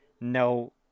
No